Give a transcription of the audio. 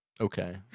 okay